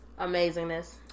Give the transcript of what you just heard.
Amazingness